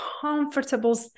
comfortable